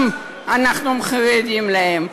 גם אנחנו חייבים להם,